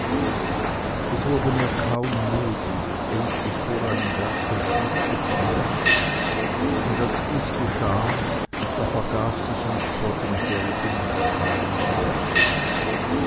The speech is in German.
es wurde mir kaum möglich endlich vor einem werke stillzustehen und als dies geschah da vergaß ich mich vor demselben und kam nicht mehr weg